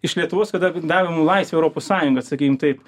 iš lietuvos kada davėm laisvę europos sąjunga sakykim taip